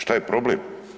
Šta je problem?